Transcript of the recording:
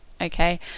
okay